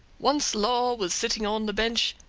once law was sitting on the bench,